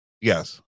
Yes